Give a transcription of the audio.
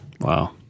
Wow